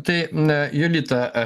tai na julita